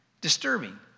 disturbing